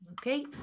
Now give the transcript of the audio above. Okay